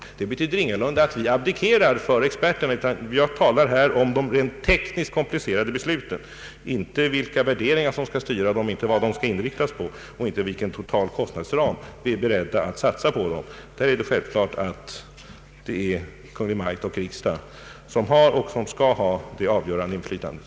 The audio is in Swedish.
Detta betyder ingalunda att vi abdikerar för experterna, utan jag talar här om de rent tekniskt komplicerade besluten och icke om vilka värderingar som skall styra det hela. Jag talar icke om vad de skall inriktas på och inte om vilken total kostnadsram vi är beredda att fastställa. Det är självklart att det är Kungl. Maj:t och riksdagen som har och bör ha det avgörande inflytandet.